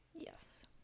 Yes